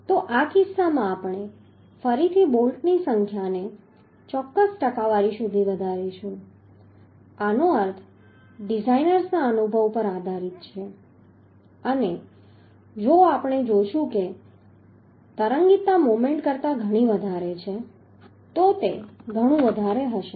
તો આ કિસ્સામાં પણ આપણે ફરીથી બોલ્ટની સંખ્યાને ચોક્કસ ટકાવારી સુધી વધારીશું આનો અર્થ ડિઝાઇનર્સના અનુભવ પર આધારિત છે અને જો આપણે જોશું કે તરંગીતા મોમેન્ટ કરતાં ઘણી વધારે છે તો તે ઘણું વધારે હશે